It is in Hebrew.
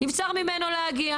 נבצר ממנו להגיע.